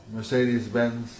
Mercedes-Benz